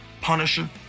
Punisher